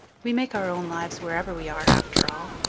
we make our own lives wherever we are, after all.